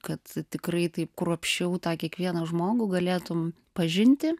kad tikrai taip kruopščiau tą kiekvieną žmogų galėtum pažinti